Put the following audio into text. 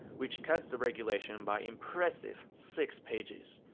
which cuts the regulation by impressive six pages.